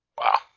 Wow